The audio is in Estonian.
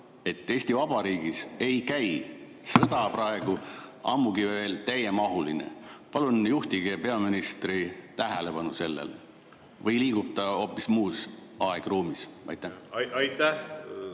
Eesti Vabariigis ei käi sõda praegu, ammugi veel täiemahuline. Palun juhtige peaministri tähelepanu sellele. Või liigub ta hoopis muus aegruumis? Hea